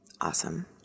Awesome